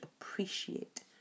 appreciate